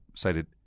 cited